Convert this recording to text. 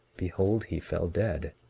behold, he fell dead.